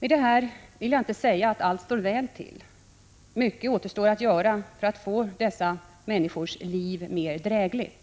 Med detta har jag inte sagt att allt står väl till. Mycket återstår att göra för att få dessa människors liv mer drägligt.